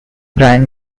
brian